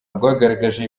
rwagaragaje